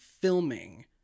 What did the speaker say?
filming